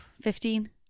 Fifteen